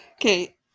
Okay